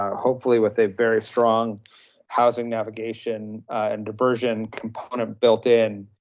um hopefully with a very strong housing navigation and diversion component built in.